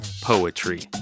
poetry